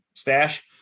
stash